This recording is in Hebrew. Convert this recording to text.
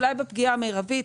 אולי בפגיעה המרבית,